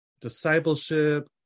discipleship